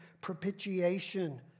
propitiation